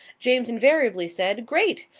james invariably said great!